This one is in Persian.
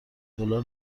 دلار